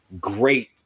great